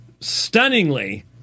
stunningly